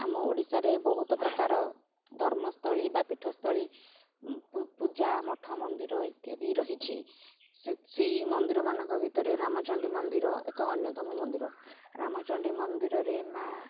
ଆମ ଓଡ଼ିଶାରେ ବହୁତ ପ୍ରକାର ଧର୍ମସ୍ଥଳୀ ବା ପୀଠସ୍ଥଳୀ ପୂଜା ମଠ ମନ୍ଦିର ଇତ୍ୟାଦି ରହିଛି ସେଇ ମନ୍ଦିରମାନଙ୍କ ଭିତରେ ରାମଚଣ୍ଡୀ ମନ୍ଦିର ଏକ ଅନ୍ୟତମ ମନ୍ଦିର ରାମଚଣ୍ଡୀ ମନ୍ଦିରରେ ମାଆ